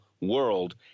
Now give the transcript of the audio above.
world